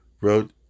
wrote